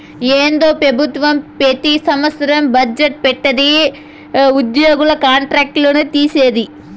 ఏందో పెబుత్వం పెతి సంవత్సరం బజ్జెట్ పెట్టిది ఉద్యోగుల కాంట్రాక్ట్ లు తీసేది